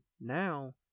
now